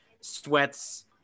sweats